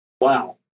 wow